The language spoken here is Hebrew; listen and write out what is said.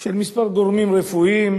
של כמה גורמים רפואיים,